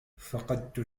فقدت